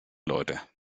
leute